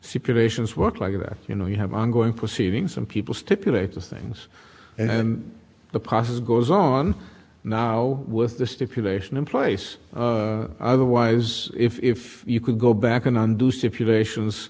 see predations work like that you know you have ongoing proceedings some people stipulate to things and the process goes on now with the stipulation in place otherwise if you could go back and undo stipulations